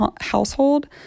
household